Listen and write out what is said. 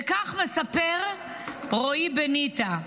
וכך מספר רועי בניטה,